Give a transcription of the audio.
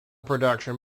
production